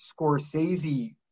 Scorsese